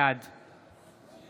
בעד